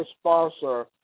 sponsor